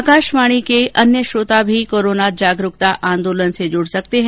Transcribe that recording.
आकाशवाणी के अन्य श्रोता भी कोरोना जनजागरुकता आंदोलन से जूड सकते हैं